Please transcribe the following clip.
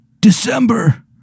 December